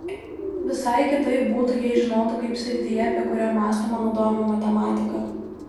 visai kitaip būtų jei žinotų kaip srityje apie kurią mąstoma naudojama matematika